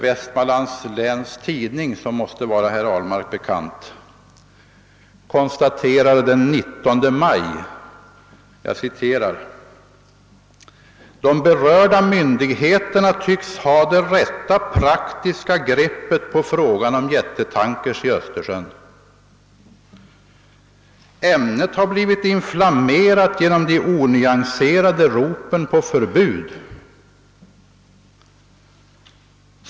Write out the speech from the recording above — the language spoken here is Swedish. Vestmanlands Läns Tidning, som måste vara herr Ahlmark bekant, konstaterar den 19 maj att »de berörda myndigheterna tycks ha det rätta praktiska greppet på frågan om jättetankers i Östersjön. Ämnet har blivit inflammerat genom de onyanserade ropen på förbud.